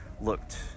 looked